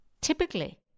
Typically